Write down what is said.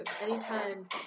Anytime